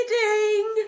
Kidding